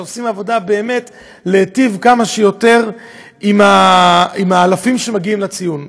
שעושים עבודה באמת להיטיב כמה שיותר עם האלפים שמגיעים לציון.